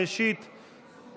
ראשית,